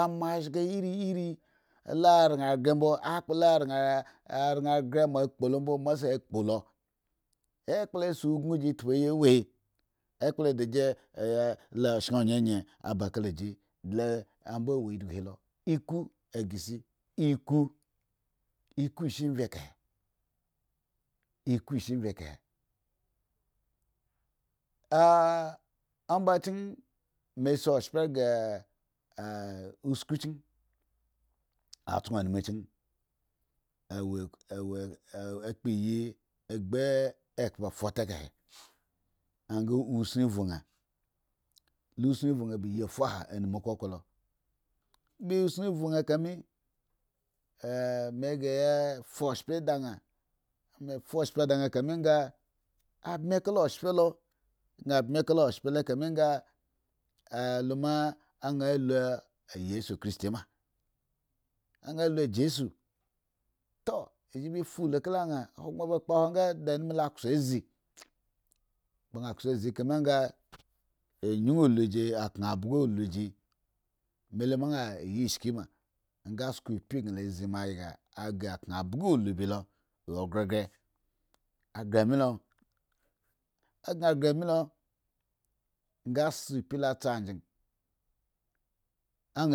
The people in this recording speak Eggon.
Ama azga iriiri la ran ghre mboi akpla aram ghre mo kpo mbo mose kpolo, ekple se osunji tpuyi awe akpla o shenyiyi lo ambo ewo idigu he lo a ghre si iku iku shi vye ekahe ah omba chen me si oshpa ghre usku chen atson num chen akpo iyi gbo ekebe afote ekahe, anga usin vv anga la usin vv nga ba iyi afuha a numa oko kolo using vv nga eka mi me ghre yafaoshpa dinga fa oshpo lo dinga ka mi longa mbi oshpo wi gan mbi kala oshpo lo kami gan nga luma an lu eyes ikristi ma, nga lu jesu tuu me bafa alu kala nga hogbren ma kpo hwonga nga ba isozi. gan kso zi ka mi nga ayun ulu ji akan bga ulu ji me lu ma an ye esshki ma nga sho upi gau la zi ma ghre me lo, nga se upilo tsa agyenu.